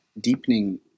deepening